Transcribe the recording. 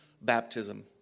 Baptism